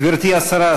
גברתי השרה,